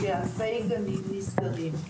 כשאלפי גנים נסגרים,